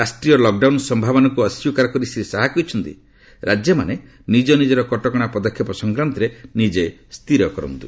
ରାଷ୍ଟ୍ରୀୟ ଲକ୍ଡାଉନ୍ ସମ୍ଭାବନାକୁ ଅସ୍ୱୀକାର କରି ଶ୍ରୀ ଶାହା କହିଛନ୍ତି ରାଜ୍ୟମାନେ ନିଜ ନିଜର କଟକଣା ପଦକ୍ଷେପ ସଂକ୍ରାନ୍ତରେ ନିକେ ସ୍ଥିର କରନ୍ତୁ